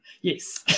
Yes